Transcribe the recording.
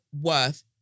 worth